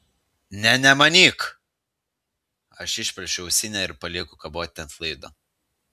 nė nemanyk aš išplėšiu ausinę ir palieku kaboti ant laido